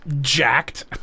jacked